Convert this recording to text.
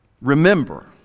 Remember